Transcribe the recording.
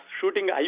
Shooting